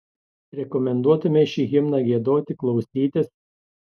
rekomenduotumei šį himną giedoti klausytis